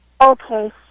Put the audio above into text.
Okay